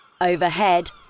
Overhead